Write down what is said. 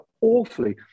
awfully